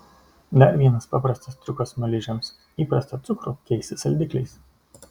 dar vienas paprastas triukas smaližiams įprastą cukrų keisti saldikliais